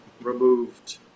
removed